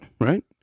right